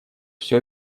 все